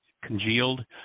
congealed